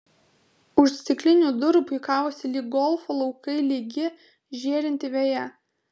už stiklinių durų puikavosi lyg golfo laukai lygi žėrinti veja